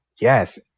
Yes